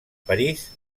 parís